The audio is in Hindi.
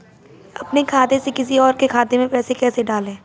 अपने खाते से किसी और के खाते में पैसे कैसे डालें?